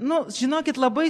nu žinokit labai